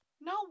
No